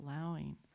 allowing